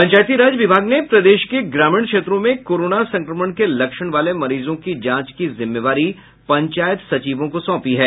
पंचायती राज विभाग ने प्रदेश के ग्रामीण क्षेत्रों में कोरोना संक्रमण के लक्षण वाले मरीजों की जांच की जिम्मेवारी पंचायत सचिवों को सौंपी है